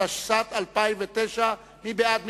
התשס"ט 2009. מי בעד?